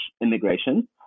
immigration